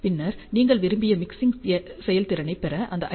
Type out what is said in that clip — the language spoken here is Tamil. பின்னர் நீங்கள் விரும்பிய மிக்சிங் செயல்திறனைப் பெற அந்த ஐ